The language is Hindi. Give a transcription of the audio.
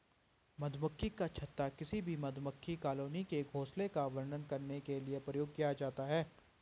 मधुमक्खी का छत्ता किसी भी मधुमक्खी कॉलोनी के घोंसले का वर्णन करने के लिए प्रयोग किया जाता है